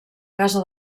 casa